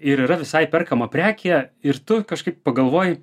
ir yra visai perkama prekė ir tu kažkaip pagalvoji